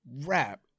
rap